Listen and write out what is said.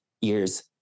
years